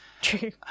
True